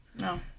no